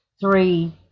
three